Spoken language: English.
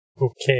Okay